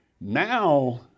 Now